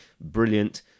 brilliant